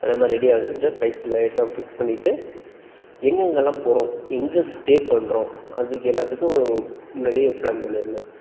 அதே மாதிரி ரெடியா வெச்சுக்கிட்டு பைக்கில் எல்லாம் ஃபிக்ஸ் பண்ணிவிட்டு எங்கெங்கெல்லாம் போகிறோம் எங்கே ஸ்டே பண்ணுறோம் அதுக்கு எல்லாத்துக்கும் முன்னாடியே ப்ளான் பண்ணிடணும்